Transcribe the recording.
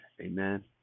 Amen